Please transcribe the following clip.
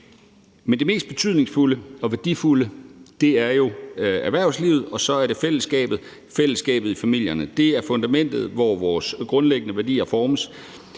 Men det mest betydningsfulde og værdifulde er jo erhvervslivet, og så er det fællesskabet – fællesskabet i familierne. Det er fundamentet, hvor vores grundlæggende værdier formes,